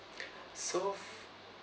so f~